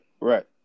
Right